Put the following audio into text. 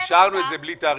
השארנו את זה בלי תאריכים.